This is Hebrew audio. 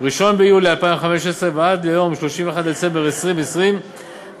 1 ביולי 2015 ועד ליום 31 בדצמבר 2020 מדרגות